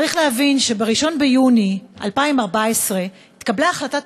צריך להבין שב-1 ביוני 2014 התקבלה החלטת